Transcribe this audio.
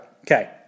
Okay